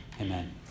Amen